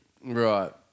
Right